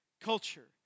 culture